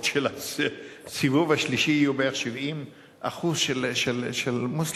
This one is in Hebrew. של הסיבוב השלישי יהיו בערך 70% של מוסלמים,